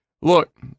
Look